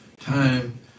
Time